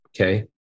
okay